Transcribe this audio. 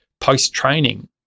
post-training